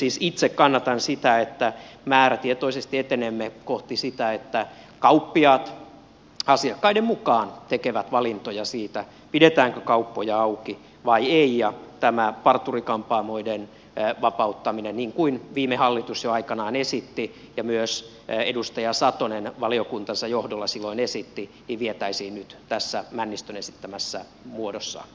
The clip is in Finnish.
siis itse kannatan sitä että määrätietoisesti etenemme kohti sitä että kauppiaat asiakkaiden mukaan tekevät valintoja siitä pidetäänkö kauppoja auki vai ei ja toivon että tämä parturi kampaamoiden vapauttaminen niin kuin viime hallitus jo aikanaan esitti ja myös edustaja satonen valiokuntansa johdolla silloin esitti vietäisiin nyt tässä männistön esittämässä muodossa maaliin